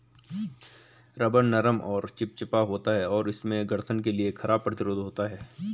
rubber नरम और चिपचिपा होता है, और इसमें घर्षण के लिए खराब प्रतिरोध होता है